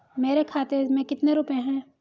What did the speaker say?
मेरे खाते में कितने रुपये हैं?